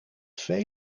veel